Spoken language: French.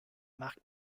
marque